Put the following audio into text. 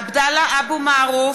(קוראת בשמות חברי הכנסת) עבדאללה אבו מערוף,